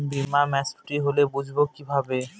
বীমা মাচুরিটি হলে বুঝবো কিভাবে?